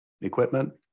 equipment